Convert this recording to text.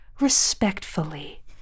respectfully